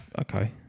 Okay